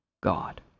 God